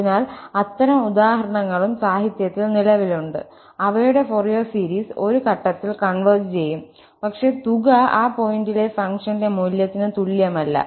അതിനാൽ അത്തരം ഉദാഹരണങ്ങളും സാഹിത്യത്തിൽ നിലവിലുണ്ട് അവയുടെ ഫൊറിയർ സീരീസ് ഒരു ഘട്ടത്തിൽ കൺവെർജ് ചെയ്യും പക്ഷേ തുക ആ പോയിന്റിലെ ഫംഗ്ഷന്റെ മൂല്യത്തിന് തുല്യമല്ല